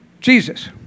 Jesus